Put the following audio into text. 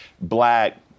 black